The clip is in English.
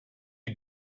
you